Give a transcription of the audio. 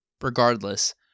Regardless